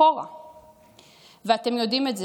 ואתם יודעים,